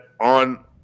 on